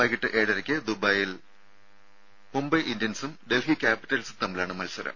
വൈകിട്ട് ഏഴരയ്ക്ക് ദുബായിൽ മുംബൈ ഇന്ത്യൻസും ഡൽഹി ക്യാപിറ്റൽസും തമ്മിലാണ് മത്സരം